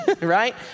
right